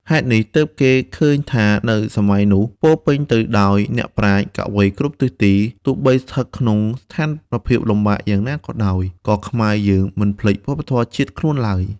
ហេតុនេះ ទើបគេឃើញថានៅសម័យនោះពោរពេញទៅដោយអ្នកប្រាជ្ញ កវីគ្រប់ទិសទី ទោះបីស្ថិតក្នុងស្ថានភាពលំបាកយ៉ាងណាក៏ដោយ ក៏ខ្មែរយើងមិនភ្លេចវប្បធម៌ជាតិខ្លួនឡើយ។